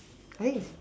I mean